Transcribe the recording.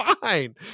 fine